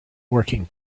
working